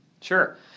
Sure